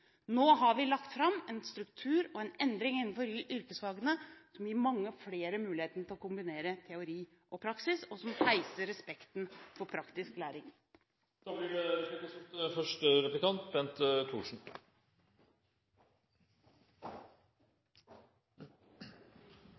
Nå har vi lagt fram en struktur og en endring innenfor yrkesfagene som gir mange flere muligheten til å kombinere teori og praksis, noe som øker respekten for praktisk læring. Det blir